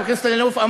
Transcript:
חבר הכנסת אלאלוף,